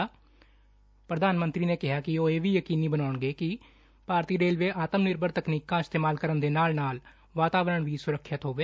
ਪ੍ਰਧਾਨ ਮੰਤਰੀ ਨੇ ਕਿਹਾ ਕਿ ਉਹ ਇਹ ਵੀ ਯਕੀਨੀ ਬਣਾਉਹਣਗੇ ਕਿ ਭਾਰਤੀ ਰੇਲਵੇ ਆਤਮ ਨਿਰਭਰ ਤਕਨੀਕਾਂ ਇਸਤੇਮਾਲ ਕਰਨ ਦੇ ਨਾਲ ਨਾਲ ਵਾਤਾਵਰਨ ਲਈ ਵੀ ਸੁਰੱਖਿਅਤ ਹੋਵੇ